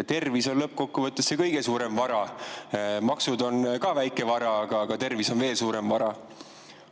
Tervis on lõppkokkuvõttes see kõige suurem vara. Maksud on ka väike vara, aga tervis on veel suurem vara.